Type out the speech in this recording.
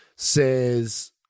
says